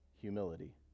humility